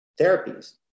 therapies